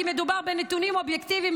כי מדובר בנתונים אובייקטיביים.